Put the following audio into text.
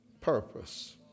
purpose